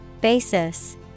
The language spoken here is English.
Basis